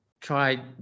try